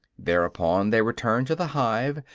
thereupon they return to the hive,